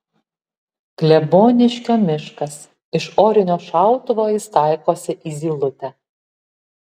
kleboniškio miškas iš orinio šautuvo jis taikosi į zylutę